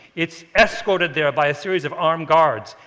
it's escorted there by a series of armed guards.